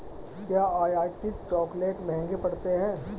क्या आयातित चॉकलेट महंगे पड़ते हैं?